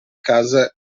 case